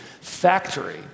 factory